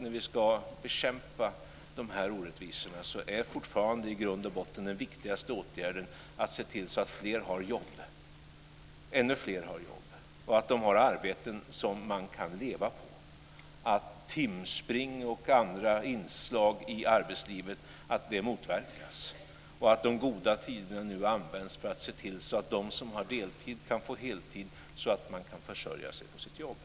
När vi ska bekämpa de här orättvisorna är den viktigaste åtgärden fortfarande i grund och botten att se till så att ännu fler har jobb, att de har arbeten som man kan leva på och att timspring och andra inslag i arbetslivet motverkas. De goda tiderna måste användas för att se till att de som har deltidsarbeten kan få heltidsarbeten så att de kan försörja sig på sitt jobb.